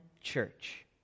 church